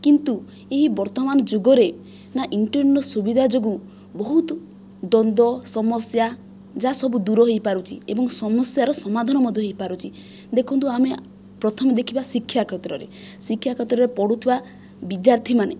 କିନ୍ତୁ ଏହି ବର୍ତ୍ତମାନ ଯୁଗରେ ନା ଇଣ୍ଟରନ ସୁବିଧା ଯୋଗୁଁ ବହୁତ ଦ୍ୱନ୍ଦ୍ୱ ସମସ୍ୟା ଯାହା ସବୁ ଦୂର ହୋଇପାରୁଛି ଏବଂ ସମସ୍ୟାର ସମଧାନ ମଧ୍ୟ ହୋଇପାରୁଛି ଦେଖନ୍ତୁ ଆମେ ପ୍ରଥମେ ଦେଖିବା ଶିକ୍ଷା କ୍ଷେତ୍ରରେ ଶିକ୍ଷା କ୍ଷେତ୍ରରେ ପଢ଼ୁଥିବା ବିଦ୍ୟାର୍ଥୀମାନେ